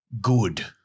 good